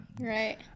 Right